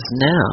now